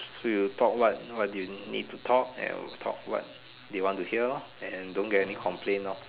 so you talk what what you need to talk and talk what they want to hear lah and don't get any complain ah